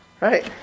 right